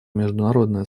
международное